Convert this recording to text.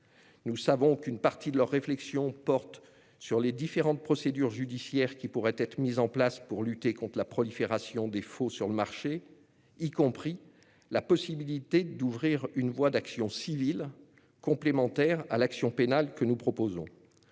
Nous savons qu'une partie de leur réflexion porte sur les différentes procédures judiciaires qui pourraient être mises en place pour lutter contre la prolifération des faux sur le marché. Ils envisagent notamment d'ouvrir une voie d'action civile, complémentaire à l'action pénale que nous proposons.